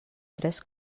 tres